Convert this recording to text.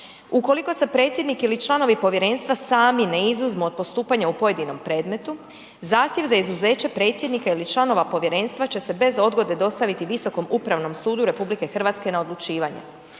Ukoliko se predsjednik ili članovi povjerenstva sami ne izuzmu od postupanja u pojedinom predmetu, zahtjev za izuzeće predsjednika ili članova povjerenstva će se bez odgode dostaviti Visokom upravnom sudu RH na odlučivanje.